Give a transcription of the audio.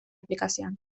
aplikazioan